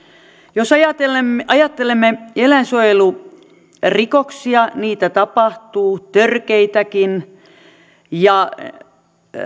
jos ajattelemme eläinsuojelurikoksia niin niitä tapahtuu törkeitäkin ja